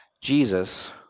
Jesus